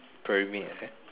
pervin right